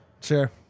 Sure